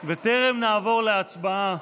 בטרם נעבור להצבעה,